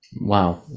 Wow